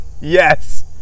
Yes